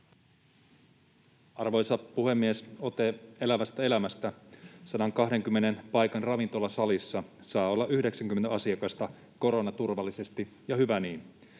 Arvoisa puhemies! Ote elävästä elämästä: 120 paikan ravintolasalissa saa olla 90 asiakasta koronaturvallisesti, ja hyvä niin,